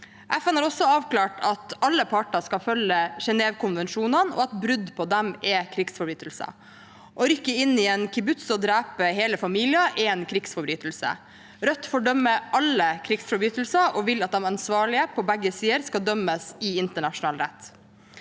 FN har også avklart at alle parter skal følge Genèvekonvensjonene, og at brudd på dem er krigsforbrytelser. Å rykke inn i en kibbutz og drepe hele familier er en krigsforbrytelse. Rødt fordømmer alle krigsforbrytelser og vil at de ansvarlige på begge sider skal dømmes, i internasjonal rett.